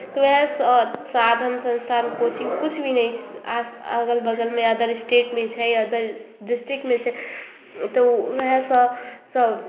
तऽ उएह साधन संस्थान कोचिंग किछु भी नहि आस अगल बगलमे अदर स्टेटमे छै अदर डिस्ट्रिक्टमे छै तऽ उएहसँ सभ